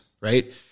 Right